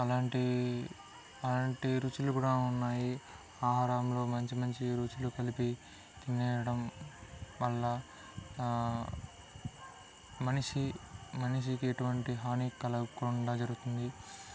అలాంటి అలాంటి రుచులు కూడ ఉన్నాయి ఆహారంలో మంచి మంచి రుచులు కలిపి తినేయడం వల్ల మనిషి మనిషికి ఎటువంటి హాని కలగకుండా జరుగుతుంది